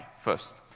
first